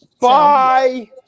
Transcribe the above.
Bye